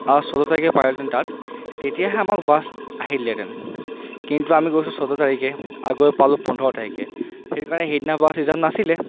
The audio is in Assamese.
আও চৈধ্য় তাৰিখে পোৱাহেঁতেন তাত তেতিয়াহে আমাক বাছ আহিলেহেঁতেন কিন্তু আমি গৈছো চৈধ্য় তাৰিখে আৰু গৈ পালো পোন্ধৰ তাৰিখে সেইকাৰণে সেইদিনা বাছ ৰিজাৰ্ভ নাছিলে